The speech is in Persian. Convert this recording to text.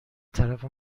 طرف